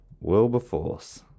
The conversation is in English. Wilberforce